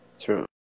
True